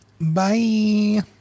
Bye